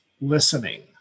listening